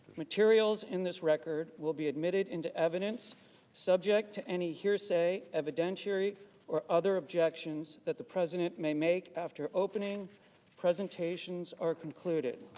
materials in this record will be admitted into evidence subject to any hearsay evidentiary or other objections that the president may make after opening presentations are concluded.